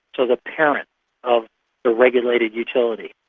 so the parent of the regulated utility.